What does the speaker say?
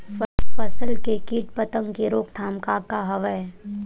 फसल के कीट पतंग के रोकथाम का का हवय?